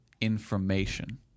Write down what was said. information